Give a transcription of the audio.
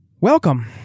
Welcome